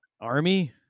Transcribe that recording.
army